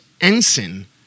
Ensign